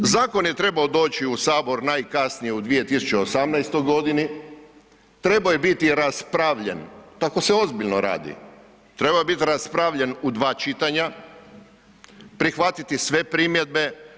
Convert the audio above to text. Zakon je trebao doći u sabor najkasnije u 2018.g., trebao je biti raspravljen, tako se ozbiljno radi, trebao je biti raspravljen u 2 čitanja, prihvatiti sve primjedbe.